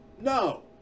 No